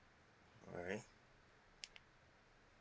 alright